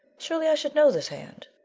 surely, i should know this hand!